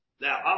Now